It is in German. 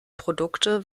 produkte